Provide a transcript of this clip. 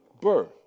birth